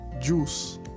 juice